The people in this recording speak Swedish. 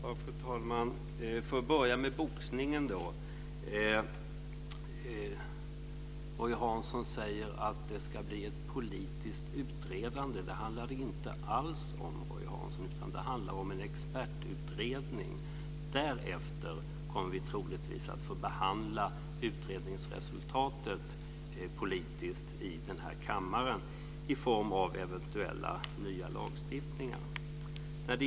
Fru talman! Låt mig börja med boxningen. Roy Hansson säger att det ska bli ett politiskt utredande. Det är inte alls det det handlar om. Det handlar om en expertutredning. Därefter kommer vi troligtvis att behandla utredningsresultatet politiskt här i kammaren i form av eventuellt nya lagstiftningar.